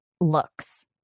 looks